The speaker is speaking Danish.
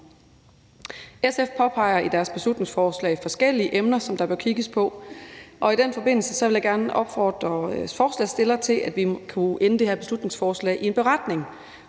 SF påpeger i deres beslutningsforslag forskellige emner, som der bør kigges på, og i den forbindelse vil jeg gerne opfordre forslagsstillerne til, at vi kunne ende det her beslutningsforslag i en beretning